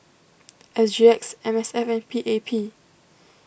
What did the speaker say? S G X M S F and P A P